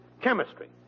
chemistry